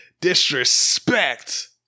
disrespect